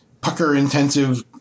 pucker-intensive